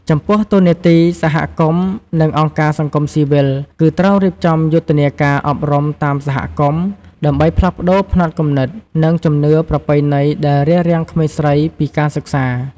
ចំពោះតួនាទីសហគមន៍ និងអង្គការសង្គមស៊ីវិលគឺ ត្រូវរៀបចំយុទ្ធនាការអប់រំតាមសហគមន៍ ដើម្បីផ្លាស់ប្តូរផ្នត់គំនិត និងជំនឿប្រពៃណីដែលរារាំងក្មេងស្រីពីការសិក្សា។